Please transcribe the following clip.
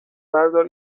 بردار